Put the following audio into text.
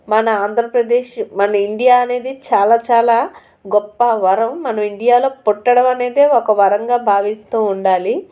మన ఆంధ్రప్రదేశ్ మన ఇండియా అనేది చాలా చాలా గొప్ప వరం మనం ఇండియాలో పుట్టడం అనేది ఒక వరంగా భావిస్తూ ఉండాలి